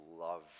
love